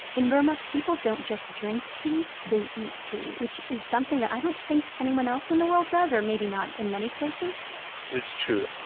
in burma people don't just drink tea, they eat tea. which is something that i don't think anyone else in the world does or maybe not in many places it's true.